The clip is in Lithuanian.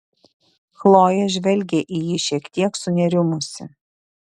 chlojė žvelgė į jį šiek tiek sunerimusi